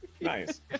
nice